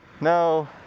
No